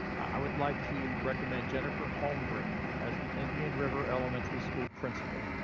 i would like to recommend jennifer holmgren as the indian river elementary school principal.